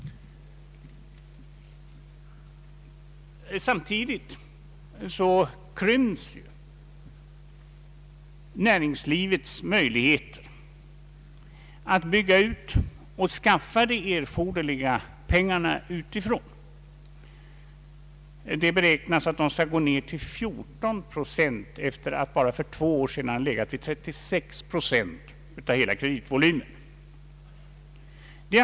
Samtidigt krymps näringslivets möjligheter att lånevägen skaffa de erforderliga pengarna för utbyggnad. Det beräknas att härvidlag en nedskärning har skett till 14 procent från, för bara två år sedan, 36 procent av hela kreditvolymen.